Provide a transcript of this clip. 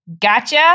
Gotcha